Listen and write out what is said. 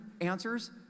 answers